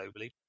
globally